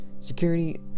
Security